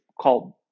called